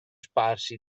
sparsi